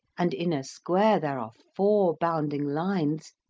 and in a square there are four bounding lines,